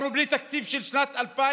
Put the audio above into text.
אנחנו בלי תקציב של שנת 2020,